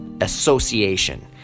association